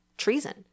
Treason